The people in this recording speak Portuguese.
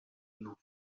não